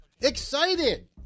Excited